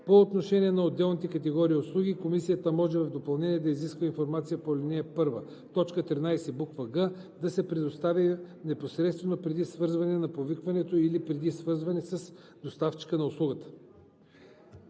По отношение на отделни категории услуги комисията може в допълнение да изиска информацията по ал. 1, т. 13, буква „г“ да се предоставя непосредствено преди свързване на повикването или преди свързване с доставчика на услугата.“